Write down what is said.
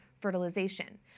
fertilization